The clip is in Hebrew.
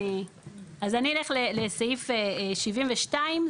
אז אני אלך לסעיף 72,